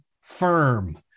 firm